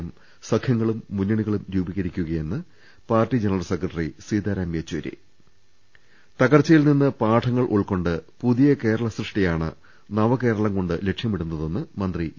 M സഖ്യങ്ങളും മുന്നണികളും രൂപീകരിക്കുകയെന്ന് party general secretary Sitaram Yechury തകർച്ചയിൽനിന്ന് പാഠങ്ങൾ ഉൾക്കൊണ്ട് പുതിയ കേരള സൃഷ്ടി യാണ് നവ കേരളം കൊണ്ട് ലക്ഷ്യ മിടു ന്ന തെന്ന് മന്ത്രി ഇ